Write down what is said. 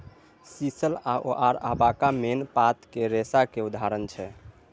sisal आओर अबाका मेन पातक रेशाक उदाहरण छै